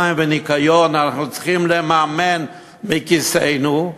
מים וניקיון אנחנו צריכים לממן מכיסנו,